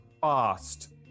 fast